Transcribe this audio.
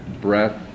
breath